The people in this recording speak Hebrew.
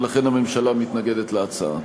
ולכן הממשלה מתנגדת להצעה.